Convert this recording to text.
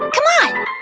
come on!